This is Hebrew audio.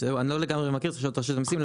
אני לא לגמרי מכיר, וצריך לשאול את רשות המיסים.